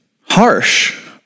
harsh